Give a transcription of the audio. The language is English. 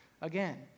again